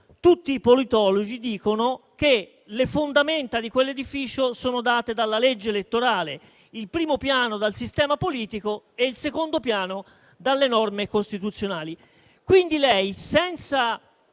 tutti i politologi dicono che le fondamenta di quell'edificio sono date dalla legge elettorale, il primo piano dal sistema politico e il secondo piano dalle norme costituzionali.